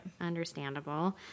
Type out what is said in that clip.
understandable